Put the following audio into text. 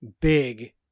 big